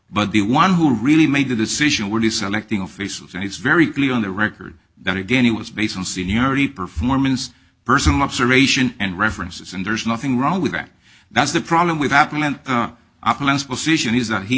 but the one who really made the decision would be selecting officials and it's very clear on the record that again it was based on seniority performance person loves aeration and references and there's nothing wrong with that that's the problem with